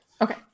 okay